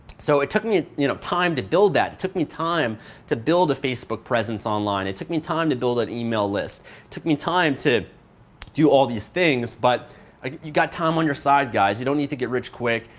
so it took me you know time to build that. it took me time to build a facebook presence online. it took me time to build that email list. it took me time to do all these things, but you've got time on your side guys. you don't need to get rich quick.